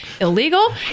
illegal